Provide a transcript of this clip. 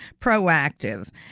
proactive